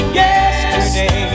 yesterday